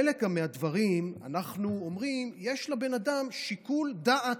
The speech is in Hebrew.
בחלק מהדברים אנחנו אומרים שיש לבן אדם שיקול דעת,